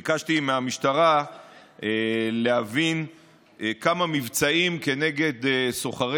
ביקשתי להבין מהמשטרה כמה מבצעים כנגד סוחרי